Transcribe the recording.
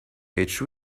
each